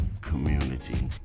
community